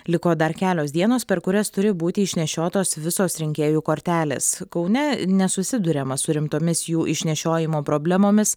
liko dar kelios dienos per kurias turi būti išnešiotos visos rinkėjų kortelės kaune nesusiduriama su rimtomis jų išnešiojimo problemomis